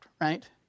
right